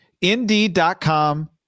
Indeed.com